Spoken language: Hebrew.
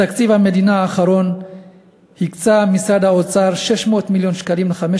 בתקציב המדינה האחרון הקצה משרד האוצר 600 מיליון שקלים לחמש